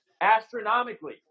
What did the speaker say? astronomically